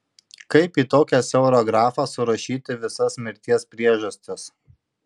kaip į tokią siaurą grafą surašyti visas mirties priežastis